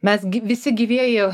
mes gi visi gyvieji